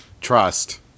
trust